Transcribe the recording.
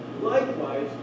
likewise